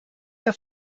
que